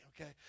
okay